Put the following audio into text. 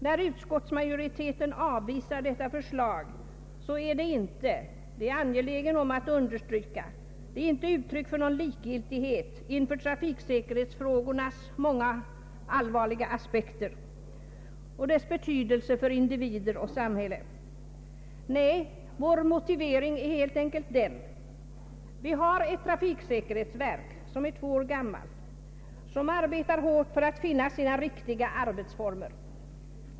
Att utskottsmajoriteten avvisar detta förslag är inte — det är jag angelägen om att understryka — uttryck för någon likgiltighet inför trafiksäkerhetsfrågornas många allvarliga aspekter och deras betydelse för individer och samhälle. Vår motivering är helt enkelt följande. Vi har ett trafiksäkerhetsverk, som är två år gammalt och som arbetar hårt för att finna sina riktiga arbetsformer.